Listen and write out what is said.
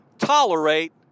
tolerate